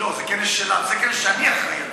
זה כנס שאני אחראי עליו,